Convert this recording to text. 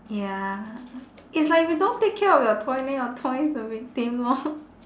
ya it's like if you don't take care of your toy then your toy's a victim lor